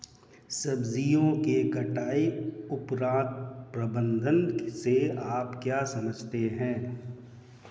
सब्जियों के कटाई उपरांत प्रबंधन से आप क्या समझते हैं?